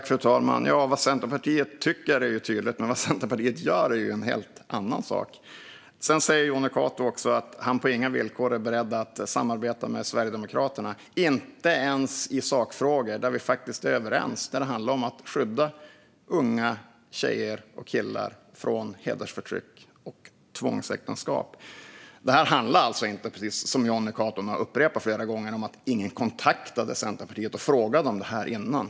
Fru talman! Vad Centerpartiet tycker är tydligt, men vad Centerpartiet gör är en helt annan sak. Sedan säger Jonny Cato också att han på inga villkor är beredd att samarbeta med Sverigedemokraterna, inte ens i sakfrågor där vi faktiskt är överens och där det handlar om att skydda unga tjejer och killar från hedersförtryck och tvångsäktenskap. Detta handlar alltså inte om, som Jonny Cato upprepar flera gånger, att ingen kontaktade Centerpartiet och frågade om detta innan.